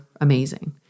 amazing